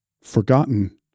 Forgotten